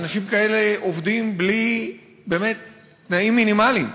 אנשים כאלה עובדים בלי באמת תנאים מינימליים,